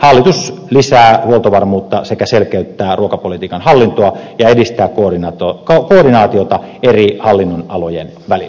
hallitus lisää huoltovarmuutta sekä selkeyttää ruokapolitiikan hallintoa ja edistää koordinaatiota eri hallinnonalojen välillä